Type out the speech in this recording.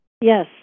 Yes